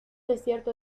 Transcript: desierto